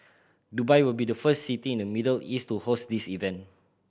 Dubai will be the first city in the Middle East to host this event